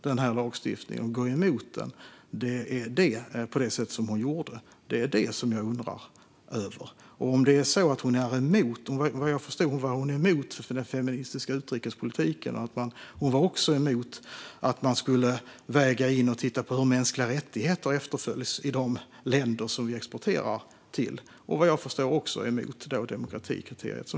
Det som jag undrar över är att Yasmine Eriksson går emot den här lagstiftningen och dömer ut den. Vad jag förstod är hon emot den feministiska utrikespolitiken, emot att man ska väga in hur mänskliga rättigheter efterlevs i de länder som vi exporterar till och emot demokratikriteriet.